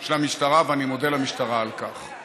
של המשטרה, ואני מודה למשטרה על כך.